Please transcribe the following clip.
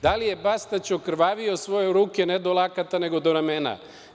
Da li je Bastać okrvavio svoje ruko, ne do lakata, nego do ramena?